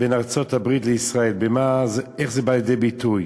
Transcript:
בין ארצות-הברית לישראל, איך זה בא לידי ביטוי.